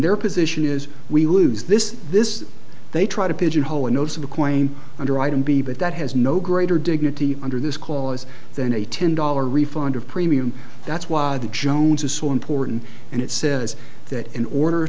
their position is we lose this this they try to pigeonhole and most of the coin under item b but that has no greater dignity under this caller's than a ten dollar refund of premium that's why the jones is so important and it says that in order